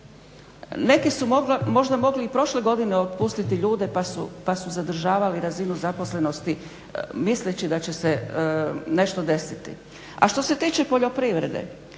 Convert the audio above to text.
Neki su možda mogli i prošle godine otpustiti ljude pa su zadržavali razinu zaposlenosti misleći da će se nešto desiti. A što se tiče poljoprivrede,